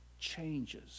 changes